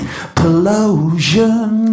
explosion